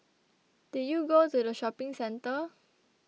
did you go to the shopping centre